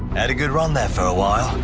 had a good run there for a while.